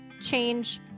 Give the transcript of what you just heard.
Change